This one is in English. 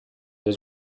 was